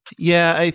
yeah.